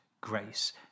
grace